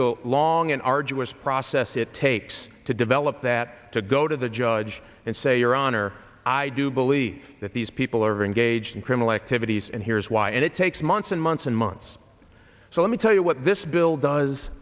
the long and arduous process it takes to develop that to go to the judge and say your honor i do believe that these people are engaged in criminal activities and here's why and it takes months and months and months so let me tell you what this bill does